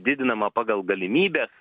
didinama pagal galimybes